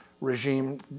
regime